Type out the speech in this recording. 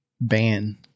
ban